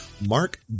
Mark